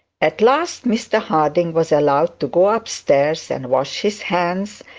at last mr harding was allowed to go up-stairs and wash his hands,